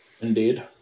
indeed